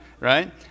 right